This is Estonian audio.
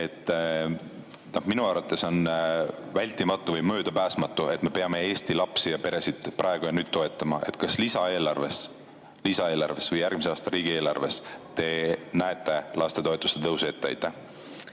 Minu arvates on vältimatu või möödapääsmatu, et me peame Eesti lapsi ja peresid praegu ja nüüd toetama. Kas lisaeelarves või järgmise aasta riigieelarves te näete lastetoetuste tõusu ette?